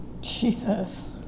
Jesus